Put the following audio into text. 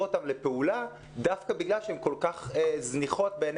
אותן לפעולה דווקא בגלל שהן כל כך זניחות בעיני